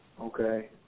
Okay